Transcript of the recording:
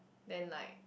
then like